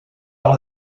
dans